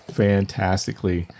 fantastically